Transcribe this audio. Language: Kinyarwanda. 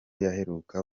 yaheruka